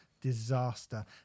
disaster